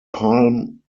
palm